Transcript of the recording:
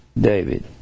David